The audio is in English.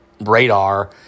radar